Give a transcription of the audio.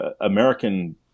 American